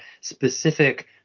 specific